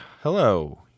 Hello